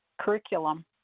Curriculum